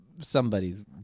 somebody's